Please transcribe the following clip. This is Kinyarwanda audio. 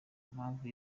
mpamvu